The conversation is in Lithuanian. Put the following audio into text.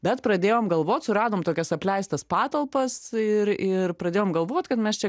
bet pradėjom galvot suradom tokias apleistas patalpas ir ir pradėjom galvot kad mes čia